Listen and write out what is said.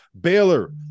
baylor